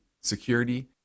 security